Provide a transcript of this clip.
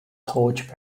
torch